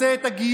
רוצה את הגיור,